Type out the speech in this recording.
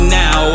now